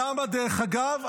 למה, דרך אגב?